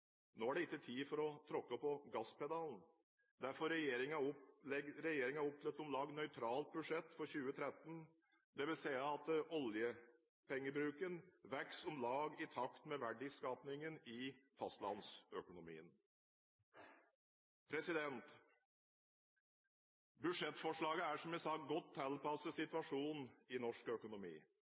Nå er det ikke tid for å tråkke på gasspedalen. Derfor legger regjeringen opp til et om lag nøytralt budsjett for 2013, dvs. at oljepengebruken vokser om lag i takt med verdiskapingen i fastlandsøkonomien. Budsjettforslaget er, som jeg sa, godt tilpasset situasjonen i norsk økonomi.